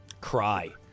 Cry